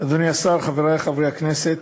אדוני השר, חברי חברי הכנסת,